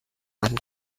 man